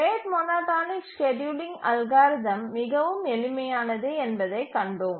rate monotonic scheduling algorithm மிகவும் எளிமையானது என்பதைக் கண்டோம்